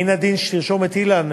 מן הדין שתרשום את אילן,